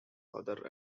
other